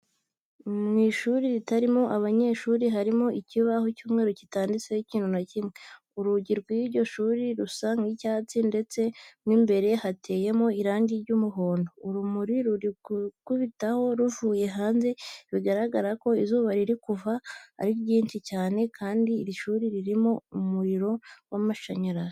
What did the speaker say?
Mu ishuri ritarimo abanyeshuri harimo ikibaho cy'umweru kitanditseho ikintu na kimwe. Urugi rw'iryo shuri rusa nk'icyatsi ndetse mo imbere hateyemo irangi ry'umuhondo. Urumuri ruri gukubitamo ruvuye hanze bigaragara ko izuba riri kuva ari ryinshi cyane kandi iri shuri ririmo umuriro w'amashanyarazi.